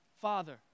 Father